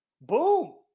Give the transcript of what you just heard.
Boom